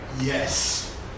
yes